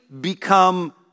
become